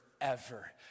forever